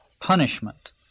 punishment